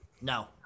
No